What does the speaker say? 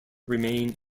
remain